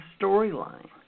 storyline